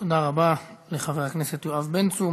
תודה רבה לחבר הכנסת יואב בן צור.